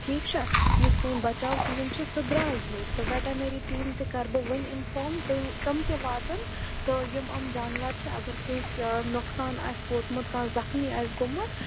ٹھیٖک چھا یُس سٲنۍ بَچاو ٹیٖم چھِ سُہ درٛاے ییٚتہِ تہٕ وٮ۪ٹَنٔری ٹیٖم تہِ کَرٕ بہٕ وٕنۍ اِنفام تُہۍ تِم تہٕ واتَن تہٕ یِم إم جانوَر چھِ اگر کٲنٛسہِ نۄقصان آسہِ ووتمُت کانٛہہ زخمی آسہِ گوٚمُت